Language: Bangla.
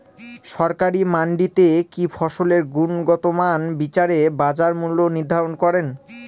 সরকারি মান্ডিতে কি ফসলের গুনগতমান বিচারে বাজার মূল্য নির্ধারণ করেন?